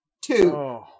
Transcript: two